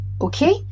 okay